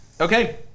Okay